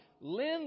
lend